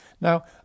Now